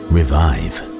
Revive